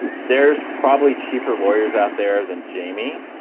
there's probably cheaper lawyers out there than jamie,